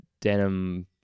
denim